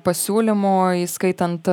pasiūlymų įskaitant